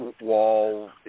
wall